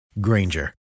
Granger